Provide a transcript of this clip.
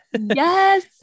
yes